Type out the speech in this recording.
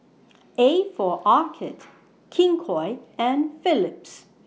A For Arcade King Koil and Philips